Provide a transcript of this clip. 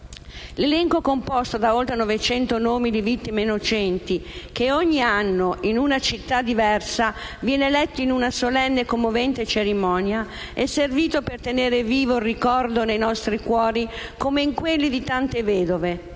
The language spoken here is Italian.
L'elenco, composto da oltre novecento nomi di vittime innocenti, che ogni anno, in una città diversa, viene letto in una solenne e commovente cerimonia, è servito per tenere vivo il ricordo, nei nostri cuori come in quelli di tante vedove,